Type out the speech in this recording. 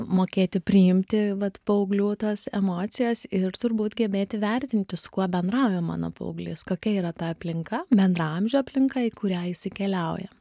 mokėti priimti vat paauglių tas emocijas ir turbūt gebėti vertinti su kuo bendrauja mano paauglys kokia yra ta aplinka bendraamžių aplinka į kurią jisai keliauja